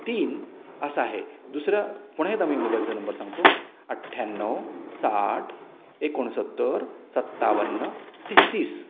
तीन असं आहे दुसरं पुन्हा एकदा मी मोबाईलचा नंबर सांगतो अठ्ठ्याण्णव साठ एकोणसत्तर सत्तावन्न तेहतीस